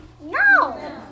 No